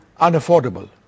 unaffordable